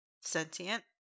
Sentient